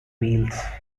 wheels